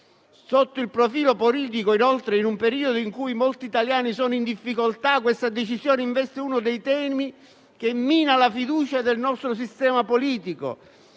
Sotto il profilo politico, inoltre, in un periodo in cui molti italiani sono in difficoltà, questa decisione investe uno dei temi che minano la fiducia del nostro sistema politico,